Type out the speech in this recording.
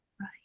Right